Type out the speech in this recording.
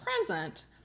present